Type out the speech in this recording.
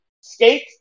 skate